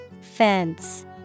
Fence